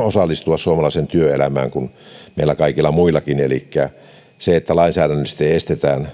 osallistua suomalaiseen työelämään kuin meillä kaikilla muillakin elikkä se että lainsäädännöllisesti estetään